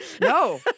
No